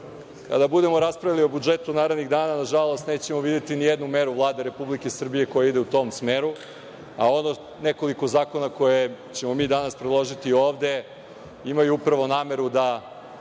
budemo raspravljali o budžetu narednih dana, nažalost, nećemo videti ni jednu meru Vlade Republike Srbije koja ide u tom smeru, a nekoliko zakona koje ćemo mi danas predložiti ovde imaju upravo nameru da